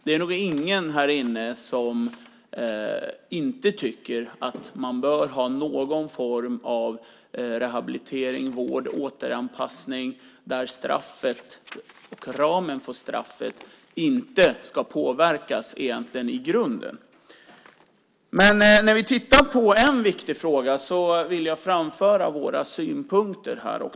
Det är nog ingen här inne som inte tycker att man bör ha någon form av rehabilitering, vård, återanpassning, där straffet och ramen på straffet i grunden egentligen inte ska påverkas. Vi kan titta på en viktig fråga där jag vill framföra våra synpunkter.